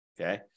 okay